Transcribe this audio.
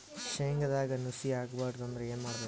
ಶೇಂಗದಾಗ ನುಸಿ ಆಗಬಾರದು ಅಂದ್ರ ಏನು ಮಾಡಬೇಕು?